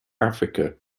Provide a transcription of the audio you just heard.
africa